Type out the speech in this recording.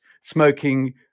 smoking